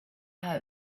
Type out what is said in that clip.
out